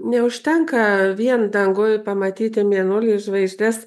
neužtenka vien danguje pamatyti mėnulį žvaigždes